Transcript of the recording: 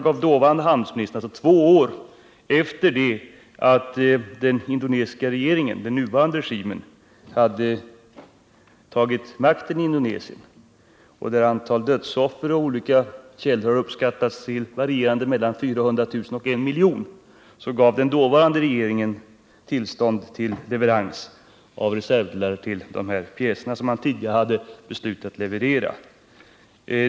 År 1968, två år efter det att den nuvarande indonesiska regimen hade tagit makten i Indonesien — där dödsoffren av olika källor har uppskattats till ett antal varierande mellan 400 000 och 1 miljon — gav den dåvarande svenska regeringen tillstånd till leverans av reservdelar till de pjäser som man tidigare hade beslutat leverera.